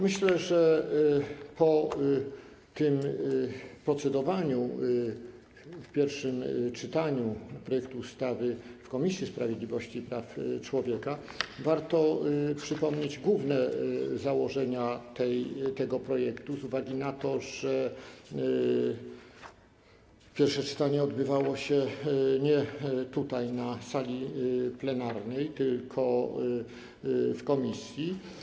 Myślę, że po tym procedowaniu w pierwszym czytaniu projektu ustawy w Komisji Sprawiedliwości i Praw Człowieka warto przypomnieć główne założenia tego projektu właśnie z uwagi na to, że pierwsze czytanie odbywało się nie tutaj, na sali plenarnej, tylko w komisji.